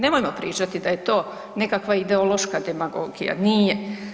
Nemojmo pričati da je to nekakva ideološka demagogija, nije.